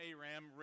Aram